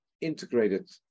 integrated